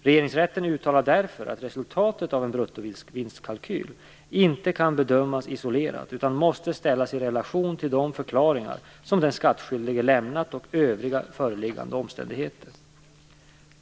Regeringsrätten uttalar därför att resultatet av en bruttovinstkalkyl inte kan bedömas isolerat utan måste ställas i relation till de förklaringar som den skattskyldige lämnat och övriga föreliggande omständigheter.